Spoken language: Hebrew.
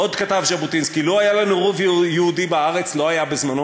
עוד כתב ז'בוטינסקי: "לו היה לנו רוב יהודי בארץ" לא היה בזמנו,